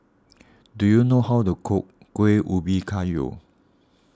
do you know how to cook Kuih Ubi Kayu